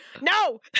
No